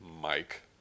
Mike